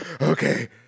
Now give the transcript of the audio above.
okay